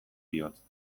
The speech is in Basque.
bihotz